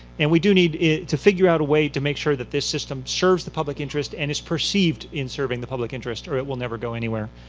and we do need to figure out a way to make sure that this system serves the public interest and is perceived in serving the public interest or it will never go anywhere.